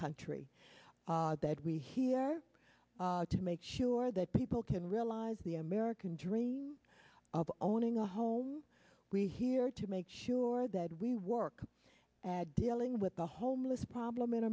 country that we're here to make sure that people can realize the american dream of owning a home we here to make sure that we work at dealing with the homeless problem in